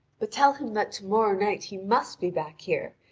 but tell him that to-morrow night he must be back here,